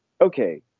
Okay